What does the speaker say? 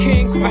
King